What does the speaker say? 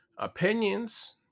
opinions